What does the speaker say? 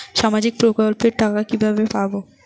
সামাজিক প্রকল্পের টাকা কিভাবে পাব?